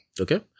Okay